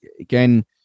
again